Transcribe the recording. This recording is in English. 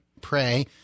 Pray